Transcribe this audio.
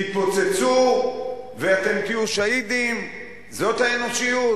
תתפוצצו ותהיו שהידים, זאת האנושיות?